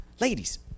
Ladies